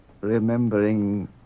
remembering